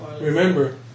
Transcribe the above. Remember